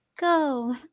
Go